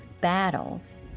Battles